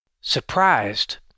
Surprised